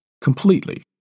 completely